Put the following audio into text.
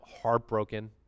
heartbroken